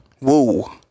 Woo